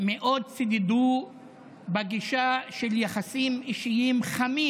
שמאוד צידדו בגישה של יחסים אישיים חמים.